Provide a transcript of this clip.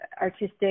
artistic